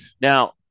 Now